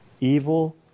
Evil